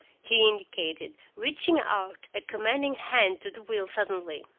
he indicated, reaching out a commanding hand to the wheel suddenly.